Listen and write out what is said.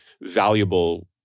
valuable